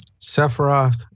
Sephiroth